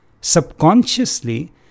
subconsciously